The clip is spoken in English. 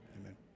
Amen